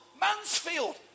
Mansfield